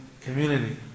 community